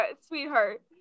sweetheart